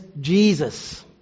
Jesus